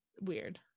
weird